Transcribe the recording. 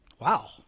Wow